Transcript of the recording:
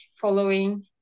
following